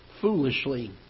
foolishly